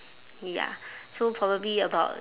ya so probably about